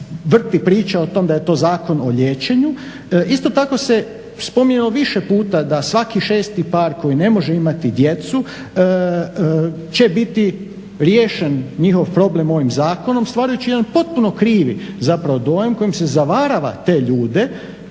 vrti priča o tome da je to zakon o liječenju. Isto tako se spominjalo više puta da svaki 6.par koji ne može imati djecu će biti riješen njihov problem ovim zakonom stvarajući jedan potpuno krivi dojam kojim se zavarava te ljute